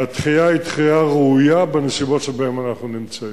והדחייה היא דחייה ראויה בנסיבות שבהן אנחנו נמצאים.